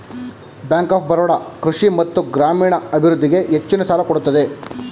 bank of Baroda ಕೃಷಿ ಮತ್ತು ಗ್ರಾಮೀಣ ಅಭಿವೃದ್ಧಿಗೆ ಹೆಚ್ಚಿನ ಸಾಲ ಕೊಡುತ್ತದೆ